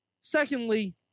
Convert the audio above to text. secondly